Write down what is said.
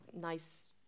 nice